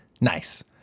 nice